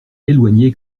éloigné